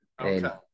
Okay